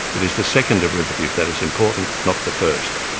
it is the second derivative that is important, not the first.